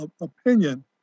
opinion